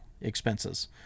expenses